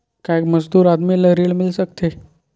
का एक मजदूर आदमी ल ऋण मिल सकथे?